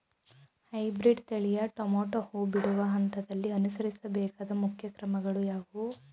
Hybrid ತಳಿಯ tomato ಹೂ ಬಿಡುವ ಹಂತದಲ್ಲಿ ಅನುಸರಿಸಬೇಕಾದ ಮುಖ್ಯ ಕ್ರಮಗಳು ಯಾವುವು?